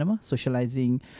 Socializing